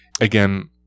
Again